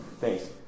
thanks